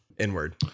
inward